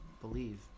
believe